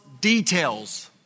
details